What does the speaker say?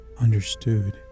understood